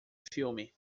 filme